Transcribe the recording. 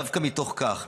דווקא מתוך כך,